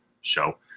show